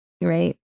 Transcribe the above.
right